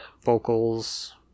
Vocals